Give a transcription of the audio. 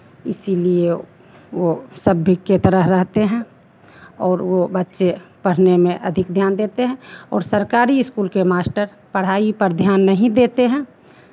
इसीलिए वो सभ्य के तरह रहते हैं और वो बच्चे पढ़ने में अधिक ध्यान देते हैं और सरकारी स्कूल के मास्टर पढ़ाई पर ध्यान नहीं देते हैं